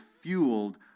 fueled